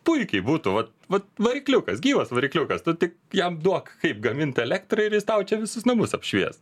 puikiai būtų vat vat varikliukas gyvas varikliukas tu tik jam duok kaip gamint elektrą ir jis tau čia visus namus apšvies